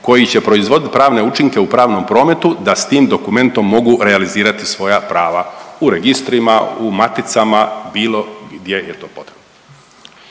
koji će proizvoditi pravne učinke u pravnom prometu da s tim dokumentom mogu realizirati svoja prava u registrima, u maticama, bilo gdje je to potrebno.